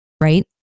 right